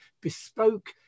bespoke